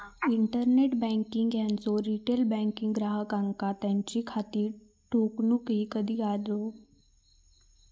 internet banking त्यांचो retail banking ग्राहकांका त्यांची खाती कोठूनही कधीही ऑपरेट करुक सक्षम करता